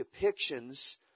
depictions